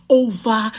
over